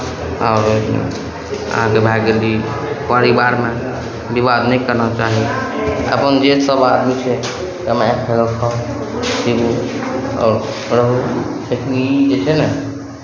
आओर अहाँके भए गेल ई परिवारमे विवाद नहि करना चाही अपन जेसभ आदमी छै ताहिमे खाउ पीबू आओर रहू कखनहु जे छै ने